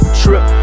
trip